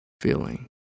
feeling